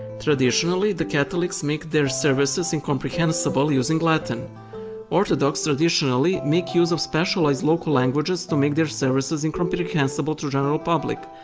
traditionally, the catholics make their services incomprehensible using latin orthodox, traditionally, make use of specialized local languages to make their services incomprehensible to general public,